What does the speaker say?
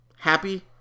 Happy